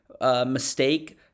mistake